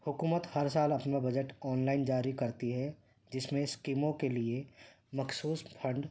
حکومت ہر سال اپنا بجٹ آنلائن جاری کرتی ہے جس میں اسکیموں کے لیے مخصوص پھنڈ